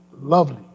lovely